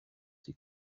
ses